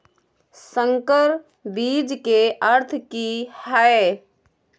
संकर बीज के अर्थ की हैय?